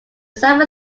summer